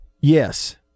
yes